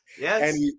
Yes